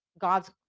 God's